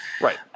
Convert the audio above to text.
right